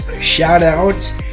shout-outs